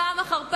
פעם אחר פעם,